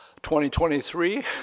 2023